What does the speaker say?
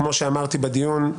כפי שאמרתי בדיון,